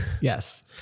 Yes